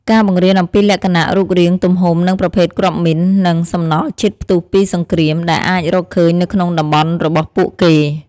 ការបង្រៀនអំពីលក្ខណៈរូបរាង ទំហំ និងប្រភេទគ្រាប់មីន និង សំណល់ជាតិផ្ទុះពីសង្គ្រាម ដែលអាចរកឃើញនៅក្នុងតំបន់របស់ពួកគេ។